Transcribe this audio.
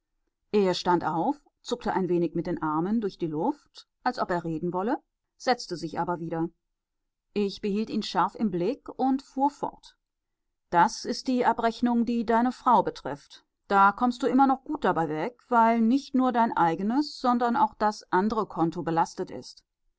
er stand auf zuckte ein wenig mit den armen durch die luft als ob er reden wolle setzte sich aber wieder ich behielt ihn scharf im blick und fuhr fort das ist die abrechnung die deine frau betrifft da kommst du immer noch gut dabei weg weil nicht nur dein eigenes sondern auch das andere konto belastet ist